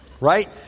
right